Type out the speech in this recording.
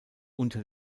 unter